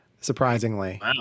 surprisingly